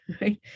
right